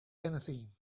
anything